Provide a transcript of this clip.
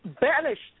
banished